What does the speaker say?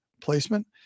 placement